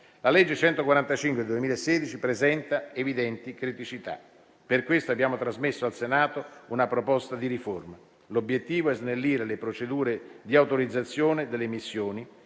La legge n. 145 del 2016 presenta evidenti criticità. Per questo abbiamo trasmesso al Senato una proposta di riforma. L'obiettivo è snellire le procedure di autorizzazione delle missioni